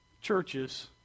churches